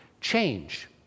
change